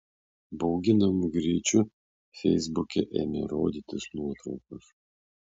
bauginamu greičiu feisbuke ėmė rodytis nuotraukos